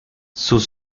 sus